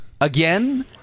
Again